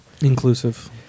inclusive